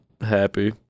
happy